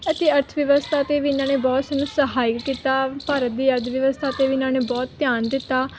ਅਤੇ ਅਰਥ ਵਿਵਸਥਾ 'ਤੇ ਵੀ ਇਹਨਾਂ ਨੇ ਬਹੁਤ ਸਾਨੂੰ ਸਹਾਈ ਕੀਤਾ ਭਾਰਤ ਦੀ ਅਰਥ ਵਿਵਸਥਾ 'ਤੇ ਵੀ ਇਹਨਾਂ ਨੇ ਬਹੁਤ ਧਿਆਨ ਦਿੱਤਾ